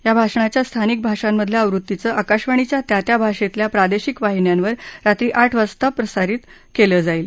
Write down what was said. या भाषणाच्या स्थानिक भाषांमधल्या आवृत्तीचं आकाशवाणीच्या त्या त्या भाषेतल्या प्रादेशिक वाहिन्यांवर रात्री आठ वाजता प्रसारित केलं जाईल